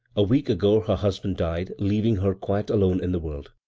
a week ago her husband died, leaving her quite alone in the world.